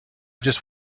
just